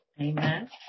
Amen